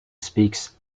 speaks